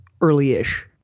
early-ish